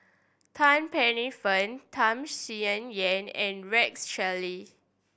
Tan Paey Fern Tham Sien Yen and Rex Shelley